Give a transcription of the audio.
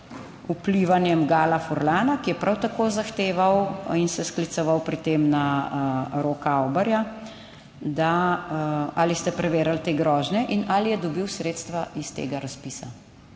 vplivanjem Gala Furlana, ki je prav tako zahteval in se skliceval pri tem na Roka Avberja da, ali ste preverili te grožnje in ali je dobil sredstva iz tega razpisa,